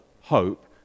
hope